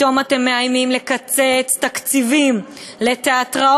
פתאום אתם מאיימים לקצץ תקציבים לתיאטראות,